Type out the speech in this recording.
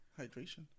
Hydration